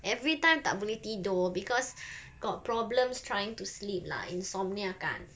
everytime tak boleh tidur because got problems trying to sleep lah insomnia kan